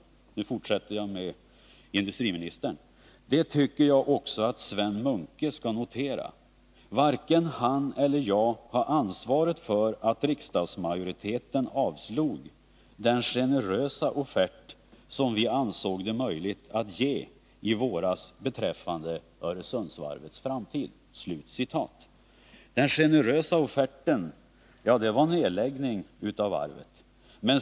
— Industriministern fortsatte: ”Det tycker jag att också Sven Munke skall notera. Varken han eller jag har ansvaret för att riksdagsmajoriteten avslog den generösa offert som vi ansåg det möjligt att ge i våras beträffande Öresundsvarvets framtid.” Den generösa offerten var nedläggning av varvet.